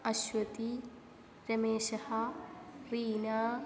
अश्वथी रमेशः रीना